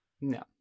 no